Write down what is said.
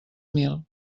mil